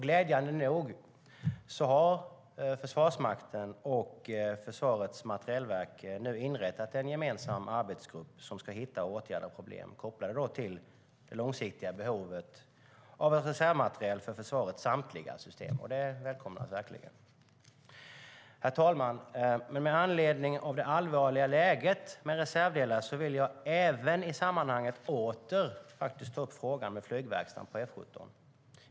Glädjande nog har Försvarsmakten och Försvarets materielverk nu inrättat en gemensam arbetsgrupp som ska hitta och åtgärda problem kopplade till det långsiktiga behovet av en reservmateriel för Försvarets samtliga system. Det välkomnas verkligen. Herr talman! Med anledning av det allvarliga läget med reservdelar vill jag även i sammanhanget åter ta upp frågan om flygverkstaden på F 17.